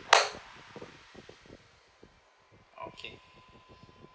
okay